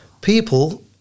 people